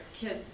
kids